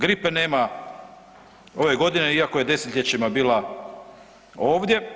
Gripe nema ove godine, iako je desetljećima bila ovdje.